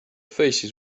faces